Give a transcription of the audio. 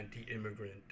anti-immigrant